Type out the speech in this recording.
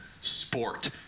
sport